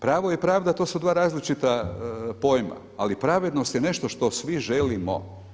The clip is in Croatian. Pravo i pravda to su dva različita pojma, ali pravednost je nešto što svi želimo.